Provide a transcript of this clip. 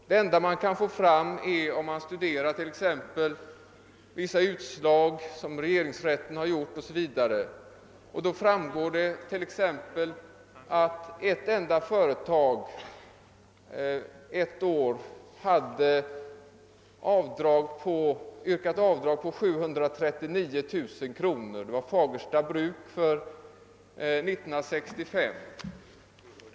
Det enda man kan ta del av är vissa utslag av regeringsrätten, varvid det t.ex. kan framgå att ett enda företag för ett år yrkat avdrag med 739 000 kronor, nämligen Fagersta bruk för år 1965.